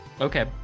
Okay